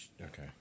Okay